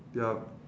yup